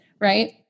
right